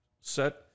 set